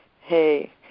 Hey